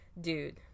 dude